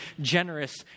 generous